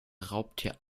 raubtier